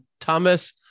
Thomas